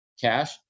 cash